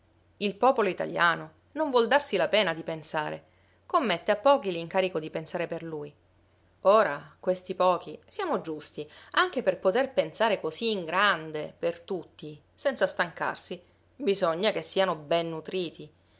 il popolo italiano non vuol darsi la pena di pensare commette a pochi l'incarico di pensare per lui ora questi pochi siamo giusti anche per poter pensare così in grande per tutti senza stancarsi bisogna che siano ben nutriti